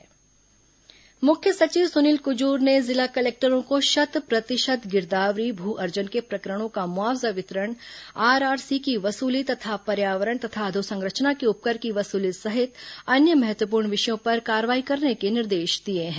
मुख्य सचिव video conferencing मुख्य सचिव सुनील कुजूर ने जिला कलेक्टरों को शत प्रतिशत गिरदावरी भू अर्जन के प्रकरणों का मुआवजा वितरण आरआरसी की वसूली तथा पर्यावरण तथा अधोसंरचना के उपकर की वसूली सहित अन्य महत्वपुर्ण विषयों पर कार्रवाई करने के निर्देश दिए हैं